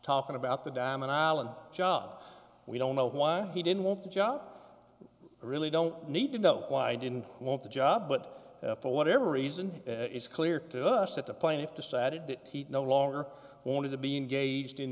talking about the dam and allen job we don't know why he didn't want the job really don't need to know why i didn't want the job but for whatever reason it's clear to us that the plaintiff decided that he no longer wanted to be engaged in